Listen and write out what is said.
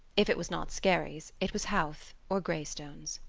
if it was not skerries it was howth or greystones.